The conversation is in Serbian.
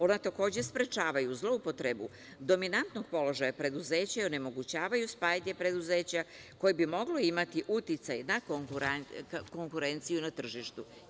Ona takođe sprečavaju zloupotrebu dominantnog položaja preduzeća i onemogućavaju spajanje preduzeća koje bi moglo imati uticaj na konkurenciju na tržištu.